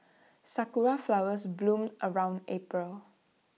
Sakura Flowers bloom around April